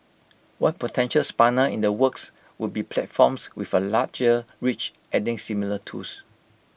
one potential spanner in the works would be platforms with A larger reach adding similar tools